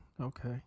okay